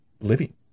living